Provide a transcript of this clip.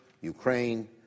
ukraine